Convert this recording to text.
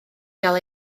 gael